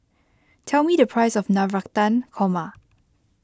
tell me the price of Navratan Korma